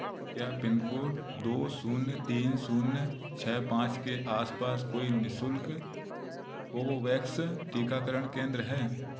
क्या पिनकोड दो शून्य तीन शून्य छ पाँच के आस पास कोई निःशुल्क कोवोवैक्स टीकाकरण केंद्र है